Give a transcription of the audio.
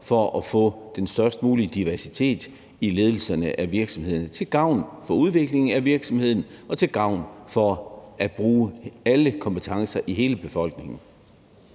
for at få den størst mulige diversitet i ledelsen af virksomheden til gavn for udviklingen af virksomheden og med henblik på at bruge alle kompetencer i hele befolkningen.